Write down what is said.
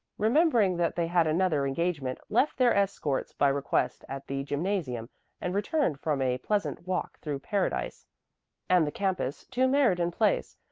remembering that they had another engagement, left their escorts by request at the gymnasium and returned from a pleasant walk through paradise and the campus to meriden place,